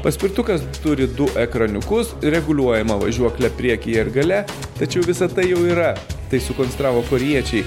paspirtukas turi du ekraniukus reguliuojamą važiuoklę priekyje ir gale tačiau visa tai jau yra tai sukonstravo korėjiečiai